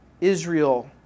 Israel